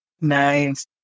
Nice